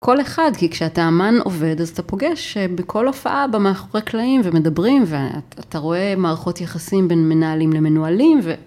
כל אחד, כי כשאתה אמן עובד אז אתה פוגש בכל הופעה במאחורי קלעים ומדברים ואתה רואה מערכות יחסים בין מנהלים למנוהלים.